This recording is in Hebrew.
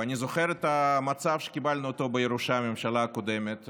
ואני זוכר את המצב שקיבלנו בירושה מהממשלה הקודמת.